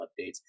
updates